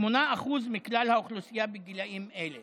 8% מכלל האוכלוסייה בגילים אלה